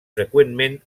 freqüentment